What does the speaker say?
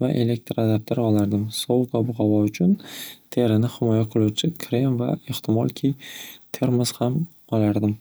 va elektr adaptr olardim sovuq ob-havo uchun terini himoya qiluvchi krem va ehtimolki termiz ham olardim.